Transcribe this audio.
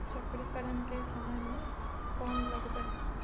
चक्रीकरन के समय में कोन लगबै?